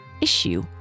issue